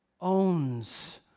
owns